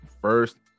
first